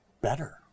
better